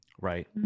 Right